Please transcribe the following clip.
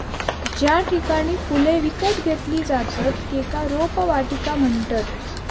ज्या ठिकाणी फुले विकत घेतली जातत त्येका रोपवाटिका म्हणतत